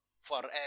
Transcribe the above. forever